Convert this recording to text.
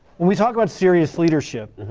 we talked about serious leadership.